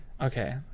okay